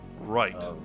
Right